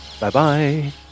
Bye-bye